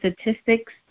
statistics